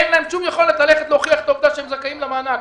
אין להם שום יכולת להוכיח את העובדה שהם זכאים למענק